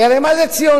כי הרי מה זה ציונות?